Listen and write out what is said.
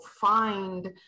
find